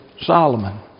Solomon